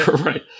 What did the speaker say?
Right